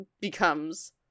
becomes